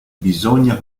bisogna